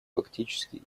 фактически